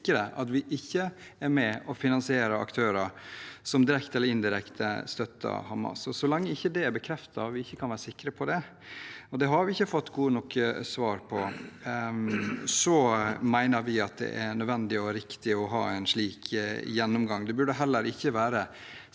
kunne sikre at vi ikke er med og finansierer aktører som direkte eller indirekte støtter Hamas. Så lenge det ikke er bekreftet og vi ikke kan være sikre på det – og det har vi ikke fått gode nok svar på – mener vi at det er nødvendig og riktig å ha en slik gjennomgang. Det burde heller ikke være